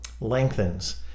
lengthens